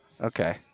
Okay